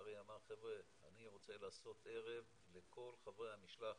ארי אמר 'חבר'ה אני רוצה לעשות ערב לכל חברי המשלחת'.